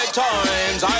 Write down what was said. times